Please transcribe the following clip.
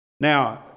Now